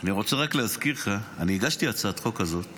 אני רוצה רק להזכיר לך, אני הגשתי הצעת חוק כזאת